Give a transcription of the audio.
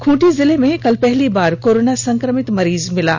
खूंटी जिले में कल पहली बार कोरोना संक्रमित मरीज मिला है